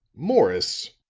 morris,